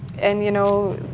and, you know,